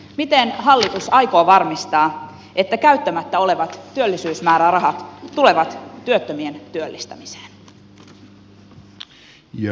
miten hallitus aikoo varmistaa että käyttämättä olevat työllisyysmäärärahat tulevat työttömien työllistämiseen